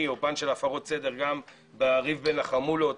ובפן של עבירות הסדר אלא גם לריב בין חמולות,